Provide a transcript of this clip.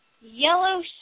yellow